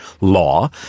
law